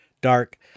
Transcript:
dark